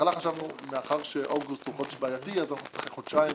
חשבנו שמאחר ואוגוסט הוא חודש בעייתי אז צריך אחרי חודשיים,